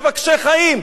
"מבקשי חיים".